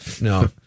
no